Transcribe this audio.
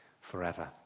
forever